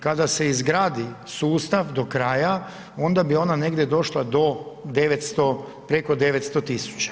Kada se izgradi sustav do kraja, onda bi ona negdje došla do 900, preko 900 tisuća.